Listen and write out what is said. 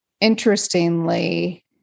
Interestingly